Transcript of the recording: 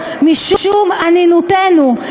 משום אנינותנו,